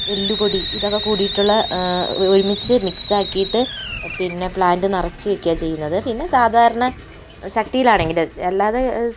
എല്ലുപൊടി ഇതൊക്കെ കൂടിയിട്ടുള്ള ഒരുമിച്ച് മിക്സ് ആക്കിയിട്ട് പിന്നെ പ്ലാൻറ് നിറച്ച് വെക്കാ ചെയ്യുന്നത് പിന്നെ സാധാരണ ചട്ടിയിൽ ആണെങ്കിൽ അല്ലാതെ